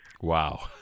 Wow